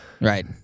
Right